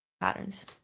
patterns